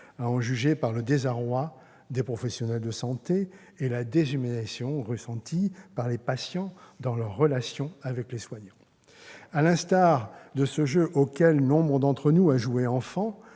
à en juger par le désarroi des professionnels de santé et la déshumanisation ressentie par les patients dans leur relation avec les soignants. À l'instar de ce jeu, auquel nombre d'entre nous ont joué enfant,